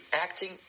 acting